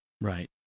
right